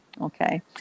Okay